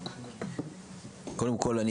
קודם כל,